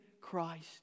Christ